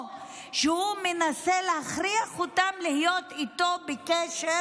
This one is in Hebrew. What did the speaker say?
או שהוא מנסה להכריח אותם להיות איתו בקשר